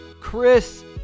Chris